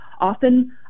Often